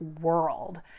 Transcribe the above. world